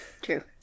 True